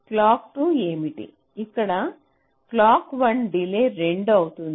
clock 2 ఏమిటి ఇక్కడ clock 1 delay 2 అవుతోంది